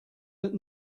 but